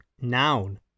Noun